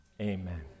Amen